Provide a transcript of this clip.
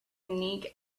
unique